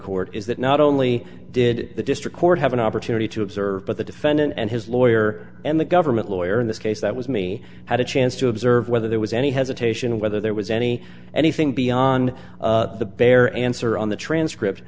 court is that not only did the district court have an opportunity to observe but the defendant and his lawyer and the government lawyer in this case that was me had a chance to observe whether there was any hesitation whether there was any anything beyond the bare answer on the transcript